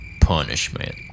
punishment